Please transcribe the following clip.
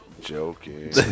Joking